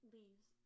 leaves